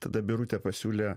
tada birutė pasiūlė